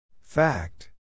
Fact